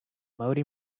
multi